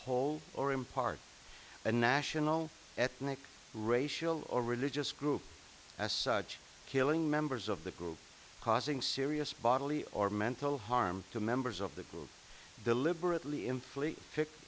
whole or in part a national ethnic racial or religious group as such killing members of the group causing serious bodily or mental harm to members of the group deliberately in fl